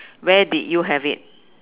where did you have it